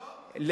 לא.